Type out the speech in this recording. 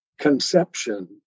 conception